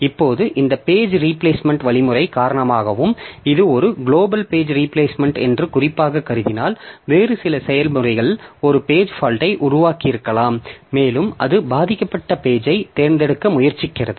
இப்போது இந்த page replacement வழிமுறை காரணமாகவும் இது ஒரு குளோபல் பேஜ் ரீபிளேஸ்மெண்ட் என்று குறிப்பாக கருதினால் வேறு சில செயல்முறைகள் ஒரு பேஜ் பால்ட்யை உருவாக்கியிருக்கலாம் மேலும் அது பாதிக்கப்பட்ட பேஜை தேர்ந்தெடுக்க முயற்சிக்கிறது